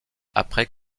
après